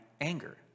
anger